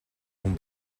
хүн